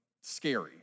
scary